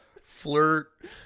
flirt